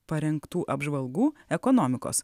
parengtų apžvalgų ekonomikos